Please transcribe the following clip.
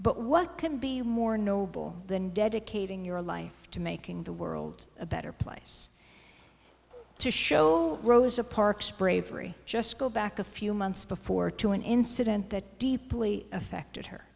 but what can be more noble than dedicating your life to making the world a better place to show rosa parks bravery just go back a few months before to an incident that deeply affected her